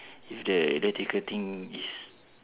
if the the ticketing is